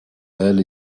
early